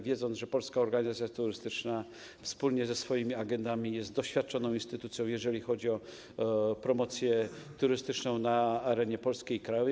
Wiemy, że Polska Organizacja Turystyczna wspólnie ze swoimi agendami jest doświadczoną instytucją, jeżeli chodzi o promocję turystyczną na arenie polskiej, krajowej.